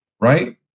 right